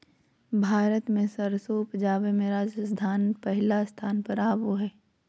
भारत मे सरसों उपजावे मे राजस्थान पहिल स्थान पर आवो हय